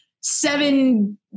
seven